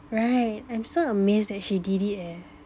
right I'm still amazed that she did it eh